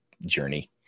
journey